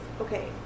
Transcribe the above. okay